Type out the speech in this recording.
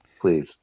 please